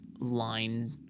line